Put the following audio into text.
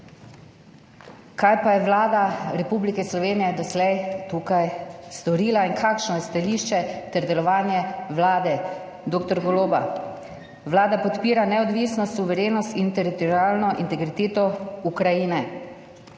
Kaj pa je Vlada Republike Slovenije doslej tukaj storila in kakšno je stališče ter delovanje Vlade dr. Goloba? Vlada podpira neodvisnost, suverenost in teritorialno integriteto Ukrajine.